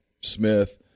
Smith